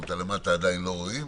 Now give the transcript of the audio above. את הלמטה אנחנו עדיין לא רואים,